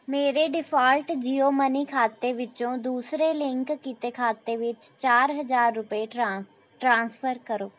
ਮੇਰੇ default Jio money ਖਾਤੇ ਵਿੱਚੋਂ ਦੂਸਰੇ ਲਿੰਕ ਕੀਤੇ ਖਾਤੇ ਵਿੱਚ ਚਾਰ ਹਾਜ਼ਰ ਰੁਪਏ ਟ੍ਰਾਂਸਫਰ ਕਰੋ